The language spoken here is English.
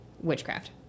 witchcraft